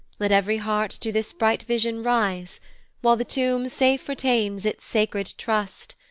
let ev'ry heart to this bright vision rise while the tomb safe retains its sacred trust,